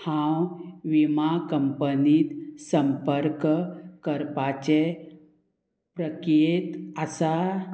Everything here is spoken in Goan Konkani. हांव विमा कंपनींंत संपर्क करपाचें प्रक्रियेंत आसा